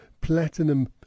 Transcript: platinum